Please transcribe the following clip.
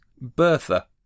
Bertha